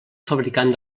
fabricant